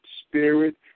spirit